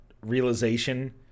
realization